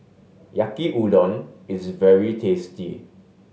Yaki Udon is very tasty